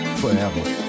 forever